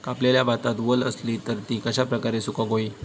कापलेल्या भातात वल आसली तर ती कश्या प्रकारे सुकौक होई?